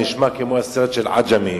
זה נשמע כמו הסרט "עג'מי",